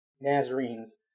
Nazarenes